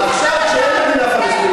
עכשיו, כשאין מדינה פלסטינית.